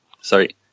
sorry